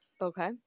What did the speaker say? Okay